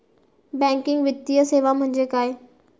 Banking वित्तीय सेवा म्हणजे काय?